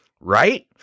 Right